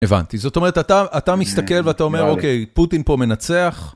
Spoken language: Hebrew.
הבנתי, זאת אומרת, אתה, אתה מסתכל ואתה אומר, אוקיי, פוטין פה מנצח.